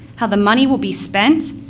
how the money will be spent,